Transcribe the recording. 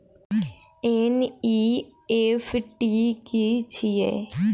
NEFT की छीयै?